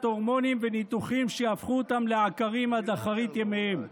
הורמונים וניתוחים שיהפכו אותם לעקרים עד אחרית ימיהם,